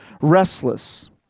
restless